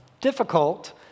Difficult